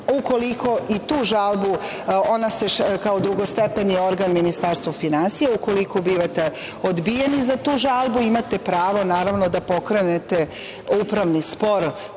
Ukoliko i tu žalbu, ona se kao drugostepeni organ šalje Ministarstvu finansija, ukoliko bivate odbijeni za tu žalbu imate pravo, naravno, da pokrenete upravni spor